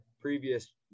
previous